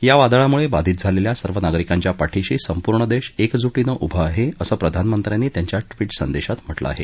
या वादळामुळं बाधित झालेल्या सर्व नागरिकांच्या पाठीशी संपूर्ण देश एकजु ीनं उभा आहे असं प्रधानमंत्र्यांनी त्यांच्या बी संदेशात म्ह नं आहे